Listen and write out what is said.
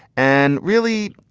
and really,